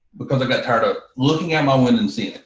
because i got tired of looking at my wind and seeing it.